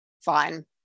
fine